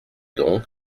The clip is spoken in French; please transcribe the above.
donc